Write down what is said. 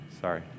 Sorry